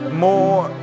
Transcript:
more